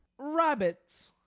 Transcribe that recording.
rabbits.